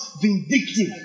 vindictive